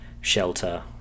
shelter